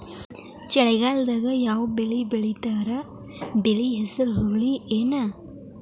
ಚಳಿಗಾಲದಾಗ್ ಯಾವ್ ಬೆಳಿ ಬೆಳಿತಾರ, ಬೆಳಿ ಹೆಸರು ಹುರುಳಿ ಏನ್?